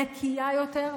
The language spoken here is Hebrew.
נקייה יותר,